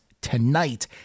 tonight